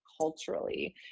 culturally